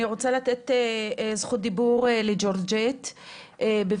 אני רוצה לתת זכות דיבור לג'ורג'ית מ'מעברים'.